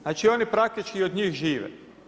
Znači, oni praktički od njih žive.